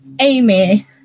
Amy